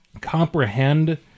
Comprehend